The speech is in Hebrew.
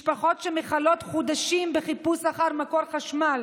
משפחות שמכלות חודשים בחיפוש אחר מקור חשמל,